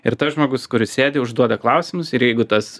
ir tas žmogus kuris sėdi užduoda klausimus ir jeigu tas